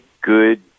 good